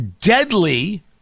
deadly